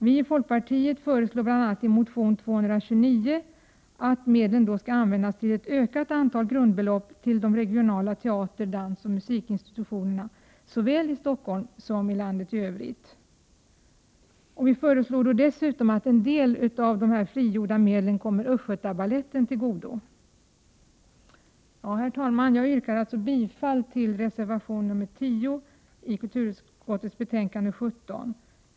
Vi i folkpartiet föreslår bl.a. i motion Kr229 att medlen skall användas till ett ökat antal grundbelopp till teater-, dansoch musikinstitutioner såväl i Stockholm som i landet i övrigt. Vi föreslår dessutom att en del av dessa frigjorda medel kommer Östgötabaletten till godo. Jag yrkar bifall till reservation 10 som är fogad till kulturutskottets betänkande nr 17.